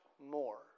more